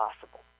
possible